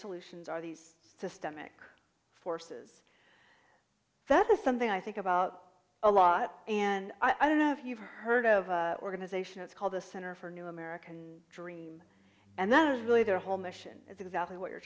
solutions are these systemic forces that are something i think about a lot and i don't know if you've heard of organization it's called the center for new american dream and there's really their whole mission is exactly what you're